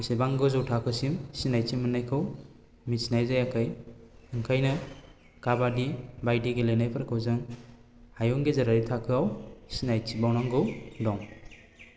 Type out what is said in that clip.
इसिबां गोजौ थाखोसिम सिनायथि मोनन्नायखौ मिथिनाय जायाखै ओंखायनो काबादि बायदि गेलेनायफोरखौ जों हायुं गेजेरारि थाखोआव सिनायथिबावनांगौ दं